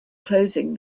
closing